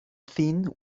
thin